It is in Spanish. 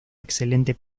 excelente